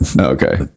Okay